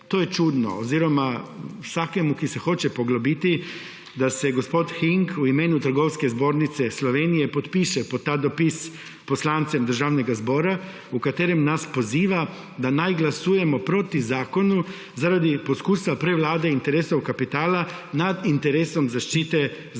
zdravil. Vsakemu, ki se hoče poglobiti, je čudno to, da se gospod Hieng v imenu Trgovinske zbornice Slovenije podpiše pod dopis poslancem Državnega zbora, v katerem nas poziva, da naj glasujemo proti zakonu zaradi poskusa prevlade interesov kapitala nad interesom zaščite zdravja